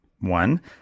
one